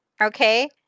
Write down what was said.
okay